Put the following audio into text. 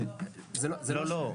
לא.